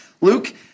Luke